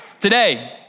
today